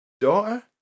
daughter